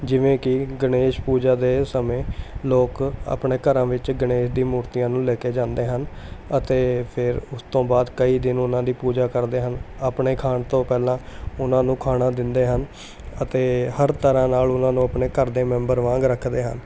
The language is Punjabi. ਜਿਵੇਂ ਕਿ ਗਣੇਸ਼ ਪੂਜਾ ਦੇ ਸਮੇਂ ਲੋਕ ਆਪਣੇ ਘਰਾਂ ਵਿੱਚ ਗਣੇਸ਼ ਦੀ ਮੂਰਤੀਆਂ ਨੂੰ ਲੈ ਕੇ ਜਾਂਦੇ ਹਨ ਅਤੇ ਫਿਰ ਉਸ ਤੋਂ ਬਾਅਦ ਕਈ ਦਿਨ ਉਨ੍ਹਾਂ ਦੀ ਪੂਜਾ ਕਰਦੇ ਹਨ ਆਪਣੇ ਖਾਣ ਤੋਂ ਪਹਿਲਾਂ ਉਨ੍ਹਾਂ ਨੂੰ ਖਾਣਾ ਦਿੰਦੇ ਹਨ ਅਤੇ ਹਰ ਤਰ੍ਹਾਂ ਨਾਲ ਉਨ੍ਹਾਂ ਨੂੰ ਆਪਣੇ ਘਰ ਦੇ ਮੈਂਬਰ ਵਾਂਗ ਰੱਖਦੇ ਹਨ